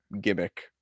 gimmick